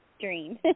dream